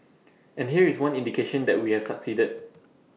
and here is one indication that we have succeeded